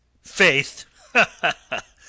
Faith